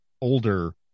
older